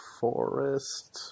forest